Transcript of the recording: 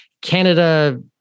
Canada